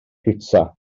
pitsa